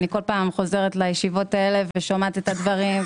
כל פעם חוזרת לישיבות האלה ושומעת את הדברים,